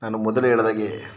ನಾನು ಮೊದಲು ಹೇಳಿದಾಗೆ